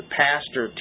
pastor